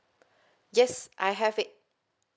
yes I have it